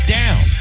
down